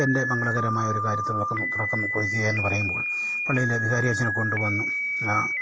എൻ്റെ മംഗളകരമായൊരു കാര്യത്തിൽ തുടക്കം കുറിക്കുക എന്നു പറയുമ്പോൾ പള്ളിയിലെ വികാരി അച്ഛനെ കൊണ്ട് വന്നു ആ